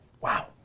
Wow